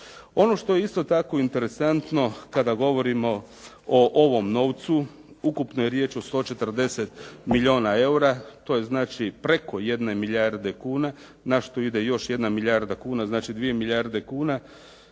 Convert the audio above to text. Ono što je isto tako interesantno kada govorimo o ovom novcu. Ukupno je riječ o 140 milijuna eura, to je znači preko 1 milijarde kuna, na što ide još 1 milijarda kuna, znači 2 milijarde kuna.